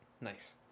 Nice